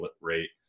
rate